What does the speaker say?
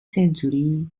century